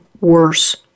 worse